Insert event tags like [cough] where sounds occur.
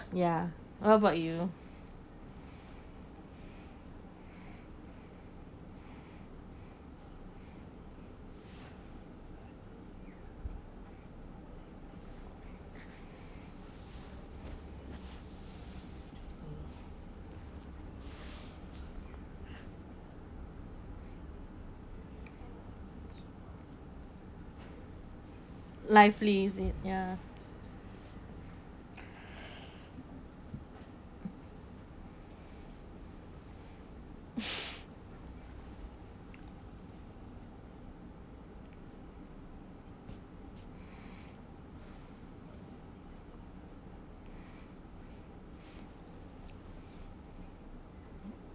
ya what about you lively is it ya [laughs]